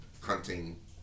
hunting